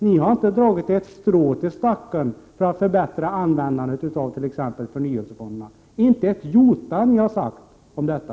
Ni har inte dragit ett strå till stacken för att förbättra användningen av t.ex. förnyelsefonderna. Ni har inte sagt ett jota om detta.